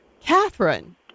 Catherine